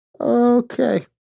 Okay